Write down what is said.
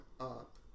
up